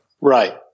Right